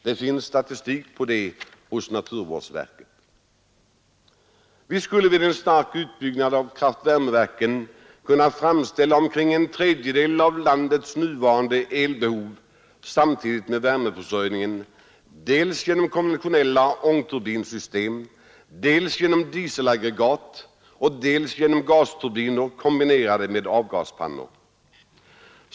Det finns statistik på det hos naturvårdsverket. Vi skulle vid en stark utbyggnad av kraftvärmeverken kunna framställa omkring en tredjedel av landets nuvarande elbehov samtidigt med värmeförsörjningen, dels genom konventionella ångturbinsystem, dels genom dieselaggregat, dels genom gasturbiner kombinerade med avgaspannor.